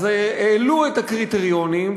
העלו את הקריטריונים,